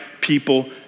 people